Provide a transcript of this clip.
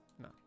No